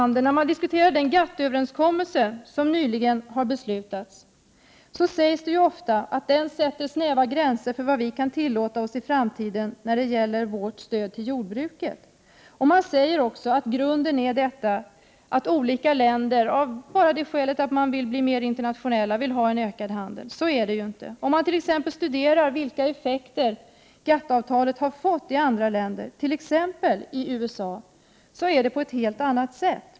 När man diskuterar den GATT-överenskommelse som nyligen har beslutats, sägs det ju ofta att den sätter snäva gränser för vad vi kan tillåta oss i framtiden när det gäller vårt stöd till jordbruket. Man säger också att grunden är att olika länder bara av det skälet att de vill bli mer internationella vill ha en ökad handel. Så är det inte. Om man studerar vilka effekter GATT:-avtalet har fått i andra länder, t.ex. i USA, finner man att det är på ett helt annat sätt.